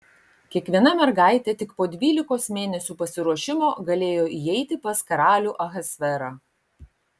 kiekviena mergaitė tik po dvylikos mėnesių pasiruošimo galėjo įeiti pas karalių ahasverą